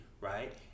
right